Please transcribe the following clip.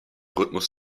rhythmus